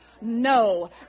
no